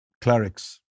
clerics